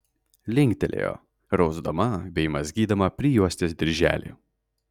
linktelėjo rausdama bei mazgydama prijuostės dirželį